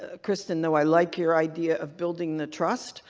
ah kristen, though i like your idea of building the trust,